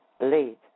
lead